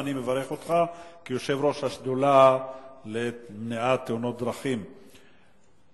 גם אני מברך אותך כיושב-ראש השדולה למניעת תאונות דרכים בכנסת.